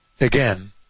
Again